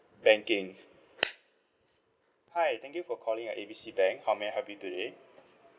banking hi thank you for calling at A B C bank how may I help you today